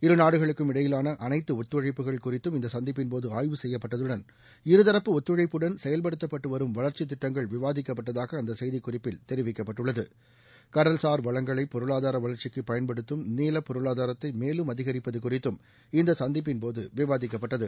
இருநாடுகளுக்கும் இடையிலான அனைத்து ஒத்துழைப்புகள் குறித்தும் இந்த சந்திப்பின்போது ஆய்வு செய்யப்பட்டகடன் இருதரப்பு ஒத்துழைப்புடன் செயல்படுத்தப்பட்டுவரும் வளர்ச்சி திட்டங்கள் விவாதிக்கப்பட்டதாக அந்த செய்தி குறிப்பில் தெரிவிக்கப்பட்டுள்ளது கடல்சார் வளங்களைப் பொருளாதார வளர்ச்சிக்குப் பயன்படுத்தம் நீலப்பொருளாதாரத்தை மேலும் அதிகரிப்பது குறித்தும் இந்த சந்திப்பின்போது விவாதிக்கப்பட்டது